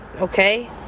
Okay